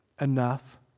enough